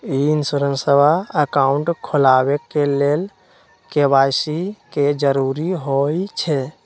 ई insurance account खोलबाबे के लेल के.वाई.सी के जरूरी होइ छै